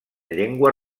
llengua